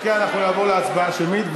אוקיי, אנחנו נעבור להצבעה שמית.